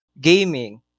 gaming